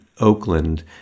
Oakland